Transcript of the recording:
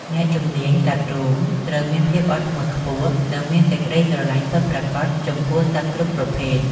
អ្នកជំនាញកាត់រោម ត្រូវមានភាពអត់ធ្មត់ខ្ពស់ និងមានសេចក្តីស្រឡាញ់ពិតប្រាកដចំពោះសត្វគ្រប់ប្រភេទ។